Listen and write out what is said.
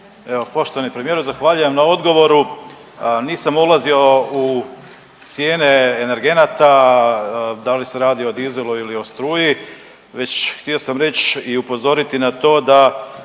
poštovani premijeru, zahvaljujem na odgovoru. Nisam ulazio u cijene energenata da li se radi o dizelu ili o struji već htio sam reći i upozoriti na to da